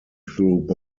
through